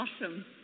Awesome